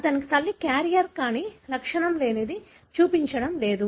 అతని తల్లి క్యారియర్ కానీ లక్షణం లేనిది చూపించడం లేదు